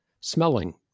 smelling